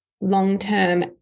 long-term